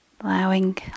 allowing